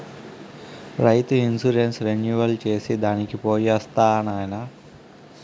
రైతు insurance renewal చేసి దానికి పోయొస్తా నాయనా